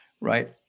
right